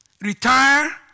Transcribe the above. retire